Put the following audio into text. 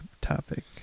topic